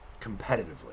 competitively